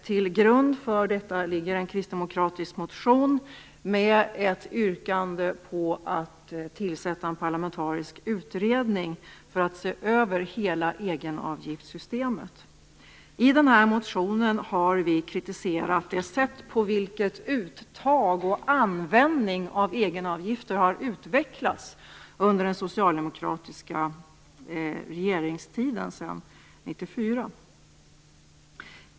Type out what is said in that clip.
Till grund för det ligger en kristdemokratisk motion med ett yrkande om att tillsätta en parlamentarisk utredning för att se över hela egenavgiftssystemet. I den här motionen har vi kritiserat det sätt på vilket uttag och användning av egenavgifter har utvecklats under den socialdemokratiska regeringstiden sedan 1994.